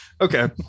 Okay